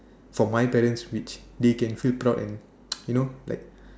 for my parents which they can feel proud and you know like